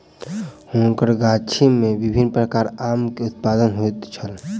हुनकर गाछी में विभिन्न प्रकारक आम के उत्पादन होइत छल